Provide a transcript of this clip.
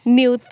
new